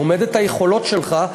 לומד את היכולות שלך,